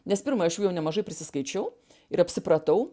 nes pirma aš jų jau nemažai prisiskaičiau ir apsipratau